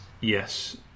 yes